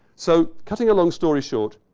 so, cutting a long story short,